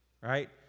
right